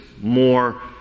more